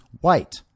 white